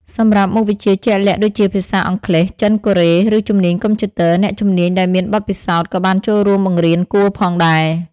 សម្រាប់មុខវិជ្ជាជាក់លាក់ដូចជាភាសា អង់គ្លេស ចិន កូរ៉េ ឬជំនាញកុំព្យូទ័រ អ្នកជំនាញដែលមានបទពិសោធន៍ក៏បានចូលរួមបង្រៀនគួរផងដែរ។